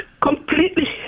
completely